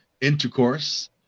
Intercourse